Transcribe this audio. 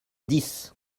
dix